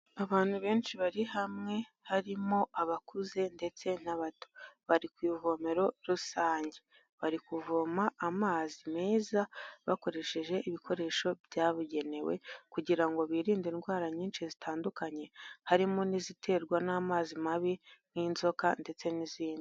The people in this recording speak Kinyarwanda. Abantu benshi bari hamwe harimo abakuze ndetse n'abato, bari ku ivomero rusange. Bari kuvoma amazi meza bakoresheje ibikoresho byabugenewe kugira ngo birinde indwara nyinshi zitandukanye, harimo n'iziterwa n'amazi mabi nk'inzoka ndetse n'izindi.